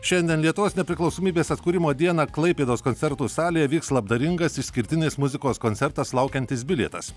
šiandien lietuvos nepriklausomybės atkūrimo dieną klaipėdos koncertų salėje vyks labdaringas išskirtinės muzikos koncertas laukiantis bilietas